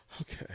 okay